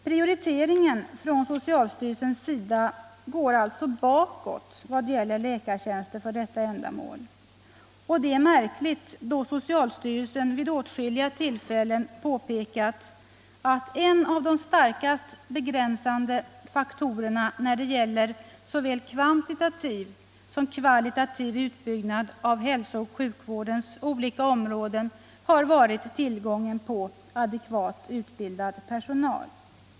Prioriteringen som socialstyrelsen gör går alltså bakåt vad gäller läkartjänster för detta ändamål. Detta är märkligt, då socialstyrelsen vid åtskilliga tillfällen påpekat att en av de starkast begränsande faktorerna när det gäller såväl kvantitativ som kvalitativ utbyggnad av hälsooch sjukvårdens olika områden har varit tillgången på adekvat utbildad personal.